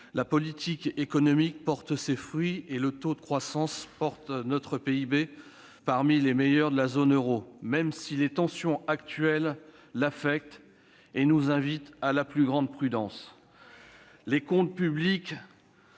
La politique économique porte ses fruits et le taux de croissance de notre PIB figure parmi les meilleurs de la zone euro, même si les tensions actuelles l'affectent et nous invitent à la plus grande prudence. Les comptes publics